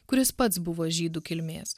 kuris pats buvo žydų kilmės